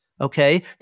okay